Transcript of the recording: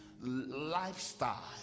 lifestyle